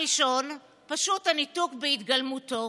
הראשון, פשוט הניתוק בהתגלמותו,